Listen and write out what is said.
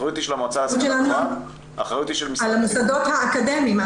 האחריות שלנו היא על המוסדות האקדמיים.